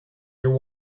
your